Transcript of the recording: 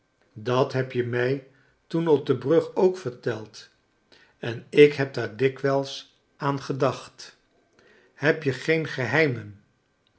dat heb je mij toen op de brug ook vert eld en ik heb daar dikwijls aan gedacht heb je geen geheimen